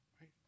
Right